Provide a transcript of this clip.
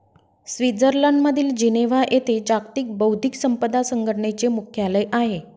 स्वित्झर्लंडमधील जिनेव्हा येथे जागतिक बौद्धिक संपदा संघटनेचे मुख्यालय आहे